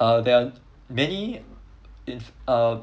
uh there are many if uh